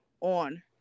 on